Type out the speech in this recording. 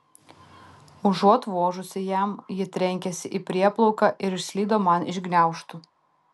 užuot vožusi jam ji trenkėsi į prieplauką ir išslydo man iš gniaužtų